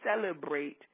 celebrate